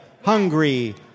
Hungry